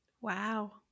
wow